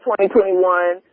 2021